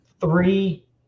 three